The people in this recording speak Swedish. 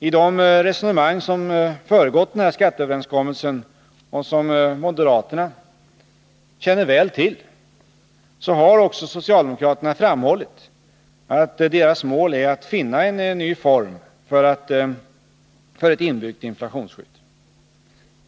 I de resonemang som föregått skatteöverenskommelsen — och som moderaterna känner väl till — har också socialdemokraterna framhållit att deras mål är att finna en ny form för ett inbyggt inflationsskydd.